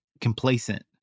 complacent